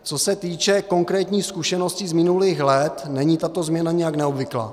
Co se týče konkrétních zkušeností z minulých let, není tato změna nijak neobvyklá.